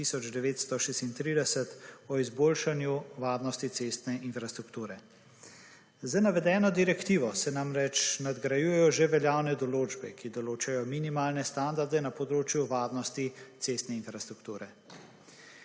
2019/1936 o izboljšanju varnosti cestne infrastrukture. Z navedeno direktivo se namreč nadgrajujejo že veljavne določbe, ki določajo minimalne standarde na področju varnosti cestne infrastrukture.